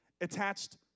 attached